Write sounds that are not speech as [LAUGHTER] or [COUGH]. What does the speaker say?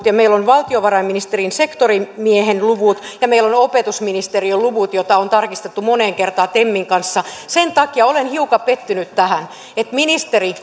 [UNINTELLIGIBLE] ja meillä on valtiovarainministeriön sektorimiehen luvut ja meillä on on opetusministeriön luvut joita on tarkistettu moneen kertaan temin kanssa sen takia olen hiukan pettynyt tähän ministeri [UNINTELLIGIBLE]